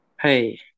Hey